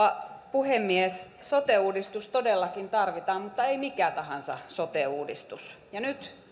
puhemies sote uudistus todellakin tarvitaan mutta ei mikä tahansa sote uudistus ja nyt